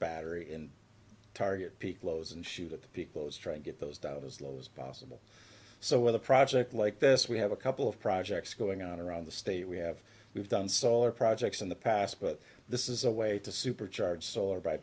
battery in target peak lows and shoot at the people's try and get those doubt as low as possible so with a project like this we have a couple of projects going on around the state we have we've done solar projects in the past but this is a way to supercharge solar by